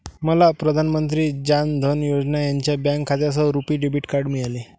मला प्रधान मंत्री जान धन योजना यांच्या बँक खात्यासह रुपी डेबिट कार्ड मिळाले